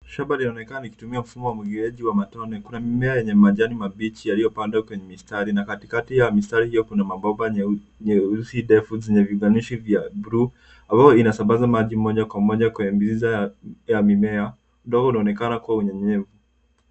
Shamba linaonekana likitumia mfumo wa umwagiliaji wa matone. Kuna mimea yenye majani mabichi yaliyopandwa kwenye mistari. Katikati ya mistari hiyo kuna mabomba nyeusi ndefu zenye viunganishi vya buluu. Mabomba inasambaza maji moja kwa moja kwenye mizizi ya mimea. Udongo unaonekana kuwa na unyevu.